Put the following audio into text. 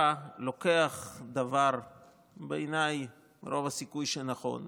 לוקח דבר שבעיניי רוב הסיכוי שהוא נכון,